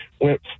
went